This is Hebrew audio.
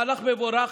מהלך מבורך,